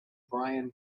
brian